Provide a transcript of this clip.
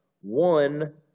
one